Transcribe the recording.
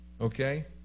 Okay